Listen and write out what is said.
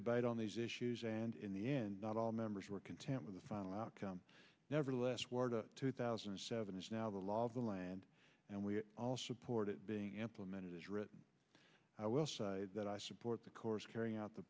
debate on these issues and in the end not all members were content with the final outcome nevertheless war to two thousand and seven is now the law of the land and we all support it being implemented as written i will say that i support the course carrying out the